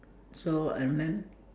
so and then